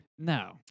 No